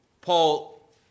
Paul